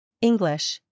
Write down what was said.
English